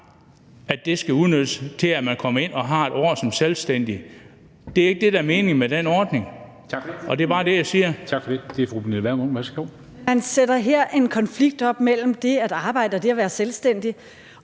at det så skal udnyttes til, at man kommer ind og har et år som selvstændig. Det er ikke det, der er meningen med den ordning, og det er bare det, jeg siger. Kl. 17:41 Formanden (Henrik Dam Kristensen): Tak for det.